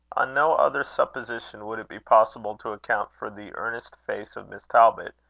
on no other supposition would it be possible to account for the earnest face of miss talbot,